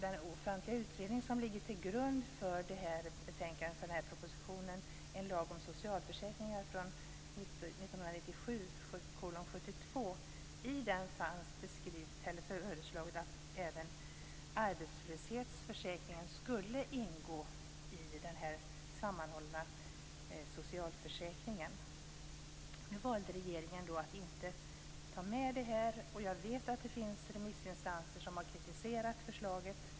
Den offentliga utredning som ligger till grund för den här propositionen heter En lag om socialförsäkringar, SOU 1997:72. I den föreslogs att även arbetslöshetsförsäkringen skulle ingå i den sammanhållna socialförsäkringen. Nu valde regeringen att inte ta med den. Jag vet att det finns remissinstanser som har kritiserat förslaget.